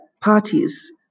parties